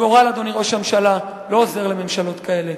הגורל, אדוני ראש הממשלה, לא עוזר לממשלות כאלה.